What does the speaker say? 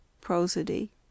Prosody